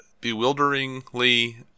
bewilderingly